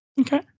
Okay